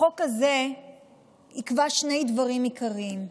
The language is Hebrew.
החוק הזה יקבע שני דברים עיקריים: